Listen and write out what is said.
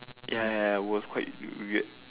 ya ya ya it was quite weird